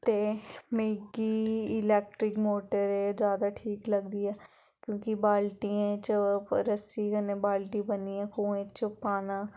ते मिगी electric motor जादा ठीक लगदी ऐ क्योंकि बाल्टियें च रस्सी कन्नै बाल्टी बन्नियै कुऐं च पाना